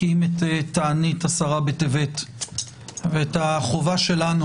כי אם את תענית עשרה בטבת ואת החובה שלנו